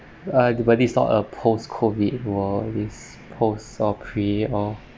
uh everybody saw a post COVID world this post or create all